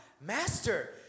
Master